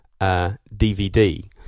DVD